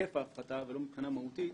היקף ההפחתה ולא מבחינה מהותית,